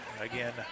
Again